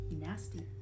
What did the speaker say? nasty